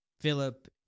philip